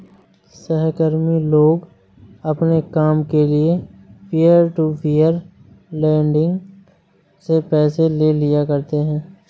सहकर्मी लोग अपने काम के लिये पीयर टू पीयर लेंडिंग से पैसे ले लिया करते है